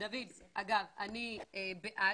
אגב, אני בעד.